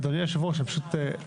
אדוני היושב ראש, יש